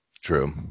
True